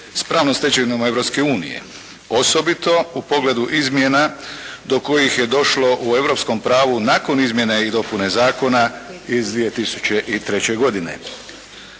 Europske unije osobito u pogledu izmjena do kojih je došlo u europskom pravu nakon izmjene i dopune zakona iz 2003. godine.